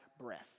breath